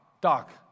Doc